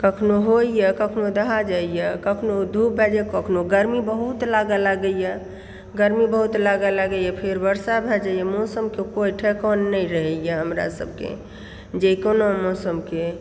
कखनो होइए कखनो दहा जाइए कखनो धूप भए जाइए कखनो गर्मी बहुत लागऽ लागइए गर्मी बहुत लागऽ लागइए फेर वर्षा भए जाइए मौसमके कोई ठेकान नहि रहयए हमरा सभके जे कोना मौसमके